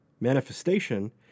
Manifestation